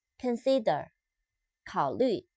Consider,考虑